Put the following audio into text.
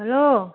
hello